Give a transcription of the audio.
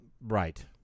Right